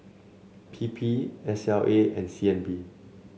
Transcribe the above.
P P S L A and C N B